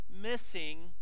missing